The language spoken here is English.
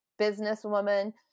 businesswoman